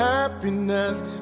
Happiness